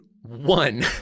one